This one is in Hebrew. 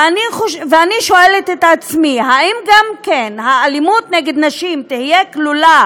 ואני שואלת את עצמי: האם גם כן האלימות נגד נשים תהיה כלולה